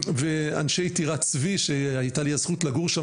ואנשי טירת צבי שהיתה לי הזכות לגור שם